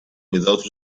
without